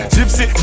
Gypsy